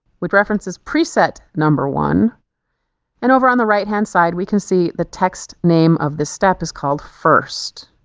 with references preset number one and over on the right-hand side we can see the text name of this step is called first.